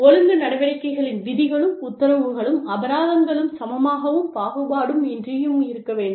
ஒழுங்கு நடவடிக்கைகளின் விதிகளும் உத்தரவுகளும் அபராதங்களும் சமமாகவும் பாகுபாடும் இன்றியும் இருக்க வேண்டும்